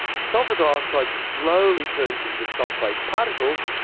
sulphur dioxide slowly turns into sulphate particles,